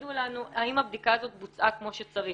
ותגידו לנו האם הבדיקה הזאת בוצעה כמו שצריך.